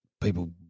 people